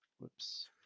Whoops